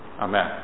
Amen